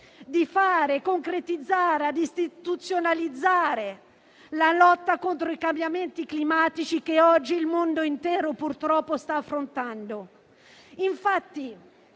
di fatto a concretizzare, a istituzionalizzare la lotta contro i cambiamenti climatici che oggi il mondo intero, purtroppo, sta affrontando. Infatti,